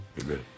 Amen